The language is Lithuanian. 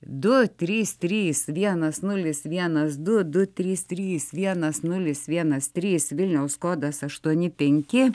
du trys trys vienas nulis vienas du du trys trys vienas nulis nulis vienas trys vilniaus kodas aštuoni penki